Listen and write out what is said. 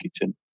kitchen